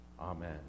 Amen